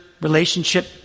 relationship